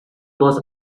was